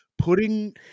putting